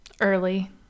Early